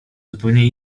zupełnie